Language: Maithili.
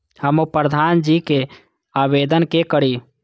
हमू प्रधान जी के आवेदन के करी?